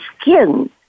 skin